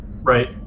right